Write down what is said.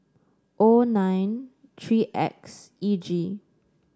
O nine three X E G